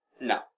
No